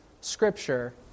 scripture